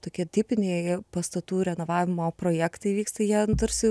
tokie tipiniai pastatų renovavimo projektai vyksta jie nu tarsi